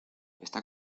esta